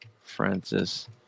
Francis